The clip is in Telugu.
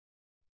అవును